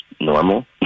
normal